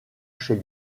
chez